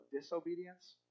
disobedience